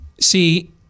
See